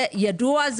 זה ידוע.